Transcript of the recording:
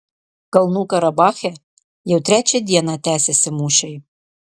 kalnų karabache jau trečią dieną tęsiasi mūšiai